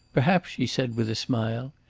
perhaps, she said, with a smile,